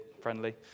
friendly